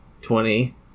Twenty